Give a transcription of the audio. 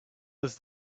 was